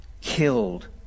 killed